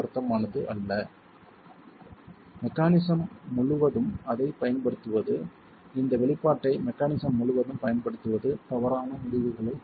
ஆனால் ஒரு சுவரின் சியர் கபாஸிட்டி ஆனது பெய்லியர் மெக்கானிஸம் ஐப் பொறுத்தது மற்றும் மெக்கானிசம் முழுவதும் அதைப் பயன்படுத்துகிறது இந்த வெளிப்பாட்டை மெக்கானிஸம் முழுவதும் பயன்படுத்துவது தவறான முடிவுகளைத் தரும்